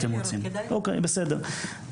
אוקיי, בסדר.